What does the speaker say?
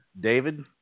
David